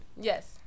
Yes